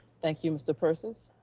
thank you, mr. persis,